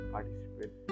participate